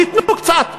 שייתנו קצת.